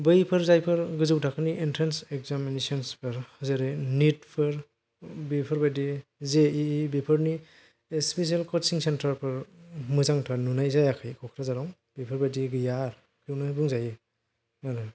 बैफोर जायफोर गोजौ थाखोनि एन्ट्रेनस एगजामिनिसनस फोर जेरै निट फोर बेफोरबायदि जेइइ बेफोरबायदिनि स्पिसियेल क'चिं सेन्टार फोर मोजांथार नुनाय जायाखै क'क्राझाराव बेफोरबायदि गैयाखौनो बुंजायो